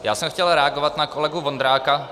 Já jsem chtěl reagovat na kolegu Vondráka.